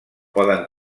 poden